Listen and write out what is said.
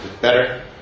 better